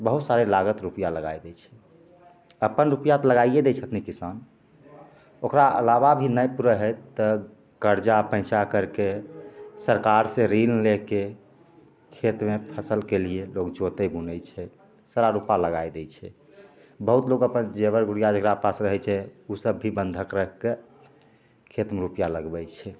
बहुत सारे लागत रुपैआ लगै दै छै अपन रुपैआ तऽ लगाइए दै छथिन किसान ओकरा अलावा भी नहि पुरै हइ तऽ करजा पैँचा करिके सरकारसे ऋण लैके खेतमे फसिलके लिए लोक जोतै बुनै छै सारा रुपा लगै दै छै बहुत लोक अपन जेवर गुड़िया जकरा पास रहै छै ओसब भी बन्हक राखिके खेतमे रुपैआ लगबै छै